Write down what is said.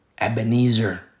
Ebenezer